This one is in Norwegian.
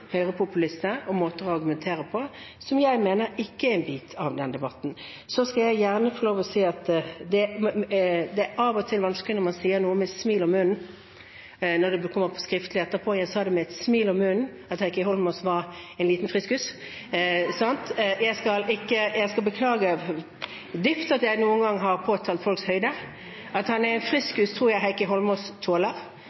høyrepopulister, og måter å argumentere på som jeg mener ikke er en bit av den debatten. Så skal jeg gjerne si at det av og til er vanskelig når man sier noe med et smil om munnen, når det kommer skriftlig etterpå. Jeg sa med et smil om munnen at Heikki Holmås var «en liten friskus». Jeg beklager dypt at jeg noen gang har påtalt folks høyde. At han er en